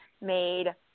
made